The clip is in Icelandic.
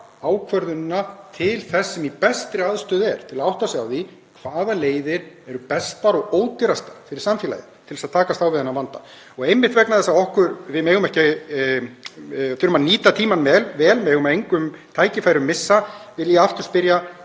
ákvörðunina til þess sem er í bestri aðstöðu til að átta sig á því hvaða leiðir eru bestar og ódýrastar fyrir samfélagið til að takast á við þennan vanda. Og einmitt vegna þess að við þurfum að nýta tímann vel, við megum engin tækifæri missa, vil ég aftur spyrja: